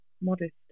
modest